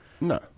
No